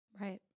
Right